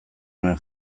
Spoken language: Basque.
nuen